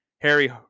Harry